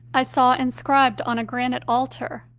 i saw inscribed on a granite altar.